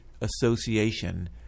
association